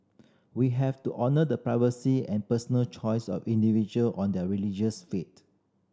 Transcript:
we have to honour the privacy and personal choice of individual on their religious faith